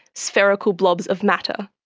spherical blobs of matter.